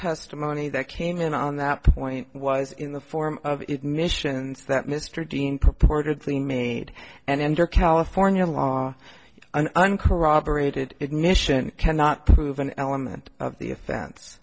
testimony that came in on that point was in the form of ignitions that mr dean purportedly me and under california law an uncorroborated admission cannot prove an element of the offen